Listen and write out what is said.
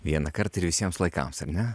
vienąkart ir visiems laikams ar ne